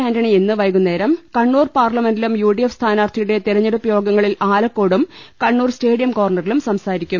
Anthony ഇന്ന് വൈകുന്നേരം Kannur parliament മണ്ഡലം യു ഡി എഫ് സ്ഥാനാർത്ഥിയുടെ തിരഞ്ഞെടുപ്പ് യോഗങ്ങളിൽ ആലക്കോടും കണ്ണൂർ സ്റ്റേഡിയം കോർണറിലും സംസാരിക്കും